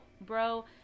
bro